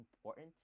important